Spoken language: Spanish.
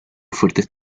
fuertes